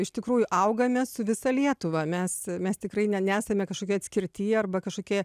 iš tikrųjų augame su visa lietuva mes mes tikrai ne nesame kažkokioj atskirtyje arba kažkokie